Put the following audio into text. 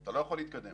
אתה לא יכול להתקדם,